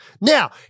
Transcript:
Now